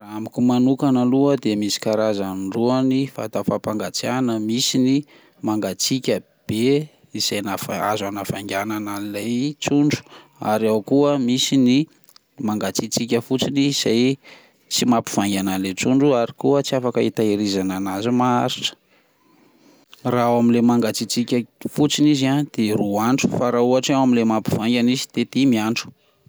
Amiko manokana aloha dia misy karazany roa ny vata fampangatsihana misy ny mangatsika be izay ava- azo anavaiganana an'ilay trondro, ary ao koa misy ny mangatsitsika fotsiny izay tsy mampy faiganana le trondro ary ko tsy afaka hitahirizana an'azy maharitra. Raha ao amin'ilay mangatsitsika fotsiny izy ah de roa andro fa raha ohatra ao amin'ilay mampivaingana izy de dimy andro.